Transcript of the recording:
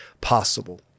possible